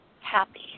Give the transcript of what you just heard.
happy